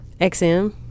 xm